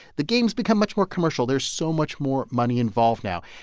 the game's become much more commercial. there's so much more money involved now.